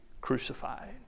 crucified